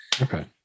Okay